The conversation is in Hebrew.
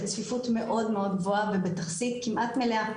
בצפיפות מאוד מאוד גבוהה ובתכסית כמעט מלאה,